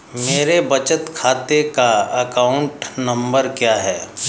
मेरे बचत खाते का अकाउंट नंबर क्या है?